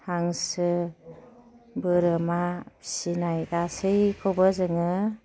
हांसो बोरमा फिसिनाय गासैखौबो जोङो